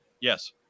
yes